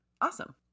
awesome